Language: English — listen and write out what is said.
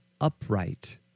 upright